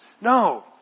No